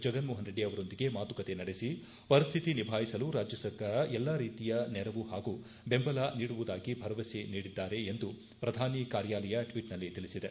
ಜಗನ್ ಮೋಹನ್ ರೆಡ್ಡಿ ಅವರೊಂದಿಗೆ ಮಾತುಕತೆ ನಡೆಸಿ ಪರಿಸ್ವಿತಿ ನಿಭಾಯಿಸಲು ರಾಜ್ಯ ಸರ್ಕಾರಕ್ಷೆ ಎಲ್ಲಾ ರೀತಿಯ ನೆರವು ಹಾಗೂ ದೆಂಬಲ ನೀಡುವುದಾಗಿ ಭರವಸೆ ನೀಡಿದ್ದಾರೆ ಎಂದು ಪ್ರಧಾನಿ ಕಾರ್ಯಾಲಯ ಟ್ವೀಟ್ನಲ್ಲಿ ತಿಳಿಸಿದೆ